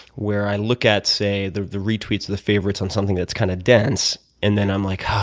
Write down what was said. where i look at, say, the the retweets, the favorites on something that's kind of dense, and then i'm like, oh,